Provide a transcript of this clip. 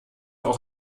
auch